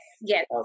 yes